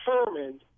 determined